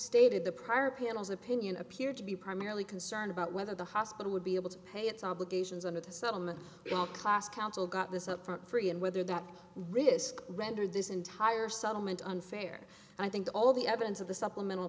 stated the prior panel's opinion appeared to be primarily concerned about whether the hospital would be able to pay its obligations under the settlement or class counsel got this up for free and whether that risk rendered this entire settlement unfair and i think all the evidence of the supplemental